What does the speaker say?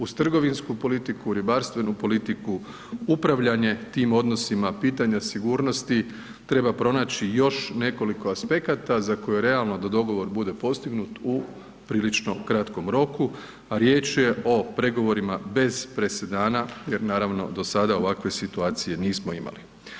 Uz trgovinsku politiku, ribarstvenu politiku, upravljanje tim odnosima, pitanja sigurnosti, treba pronaći još nekoliko aspekata za koje je realno da dogovor bude postignut u prilično kratkom roku, a riječ je o pregovorima bez presedana jer naravno do sada ovakve situacije nismo imali.